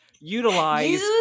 utilize